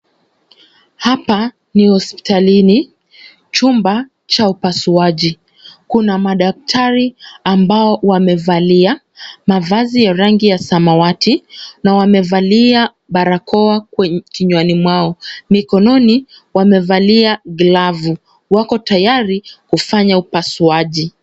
Hapa ni hospitalini chumba cha upasuaji. Kuna madaktari ambao wamevalia mavazi ya rangi ya samawati, na wamevalia barakoa kinywani mwao. Mikononi wamevalia glavu. Wako tayari kufanya upasuaji.